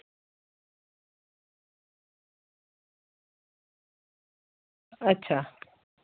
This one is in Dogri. अच्छा